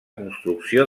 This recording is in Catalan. construcció